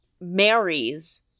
marries